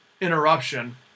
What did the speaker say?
interruption